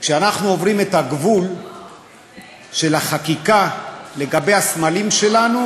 כשאנחנו עוברים את הגבול של החקיקה לגבי הסמלים שלנו,